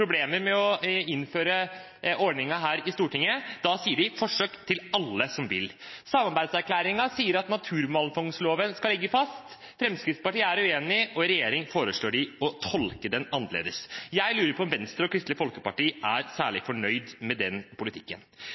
problemer med å innføre ordningen her i Stortinget, og da sier de: Forsøk til alle som vil. Samarbeidserklæringen sier at naturmangfoldloven skal ligge fast. Fremskrittspartiet er uenig, og i regjeringen foreslår de å tolke den annerledes. Jeg lurer på om Venstre og Kristelig Folkeparti er særlig fornøyd med den politikken.